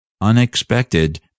unexpected